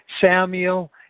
Samuel